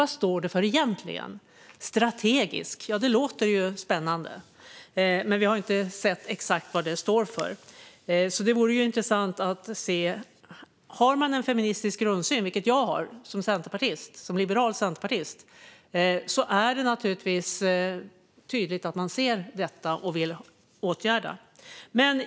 Vad står det för egentligen? "Strategisk" låter spännande, men vi har inte sett exakt vad det står för. Det vore intressant att se vad det är. Om man har en feministisk grundsyn, vilket jag som liberal centerpartist har, ser man naturligtvis det hela tydligt och vill åtgärda det.